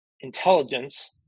intelligence